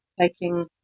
taking